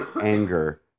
anger